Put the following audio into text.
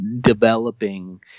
developing